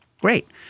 great